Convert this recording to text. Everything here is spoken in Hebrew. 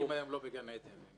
גם הבנקים היום לא בגן עדן.